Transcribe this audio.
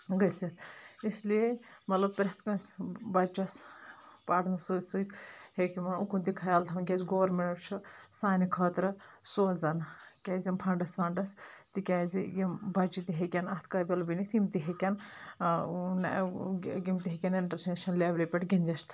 گٔژھتھ اس لیے مطلب پریتھ کٲنٛسہ بچس پرنس سۭتۍ سۭتۍ اکہ وۄنۍ اُکُن تہ خیال تھاوُن کیاز گورمینٛٹ چھُ سانہِ خٲطرٕ سوزان کیاز یِم فنڈس ونڈس تہِ کیازِ یِم بچہِ تہِ ہیٚکَن اتھ قٲبل بٔنتھ یِم تہِ ہیٚکَن او اۭں یِم تہِ ہیٚکَن انٹرنیشنل لیولہِ پٮ۪ٹھ گنٛدِتھ